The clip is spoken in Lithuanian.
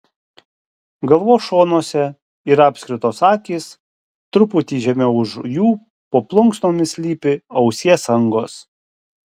galvos šonuose yra apskritos akys truputį žemiau už jų po plunksnomis slypi ausies angos